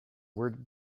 word